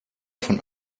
von